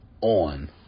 on